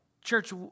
church